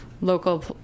local